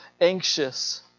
anxious